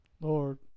Lord